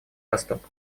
восток